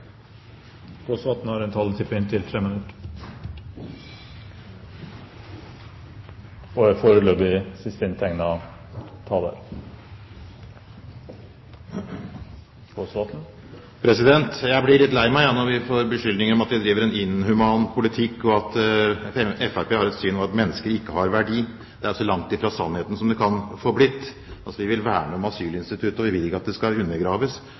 Jeg blir litt lei meg når vi får beskyldninger mot oss om at vi driver en inhuman politikk, og at Fremskrittspartiet har det syn at mennesket ikke har verdi. Det er så langt fra sannheten som det kan få blitt. Vi vil verne om asylinstituttet, og vi vil ikke at det skal undergraves.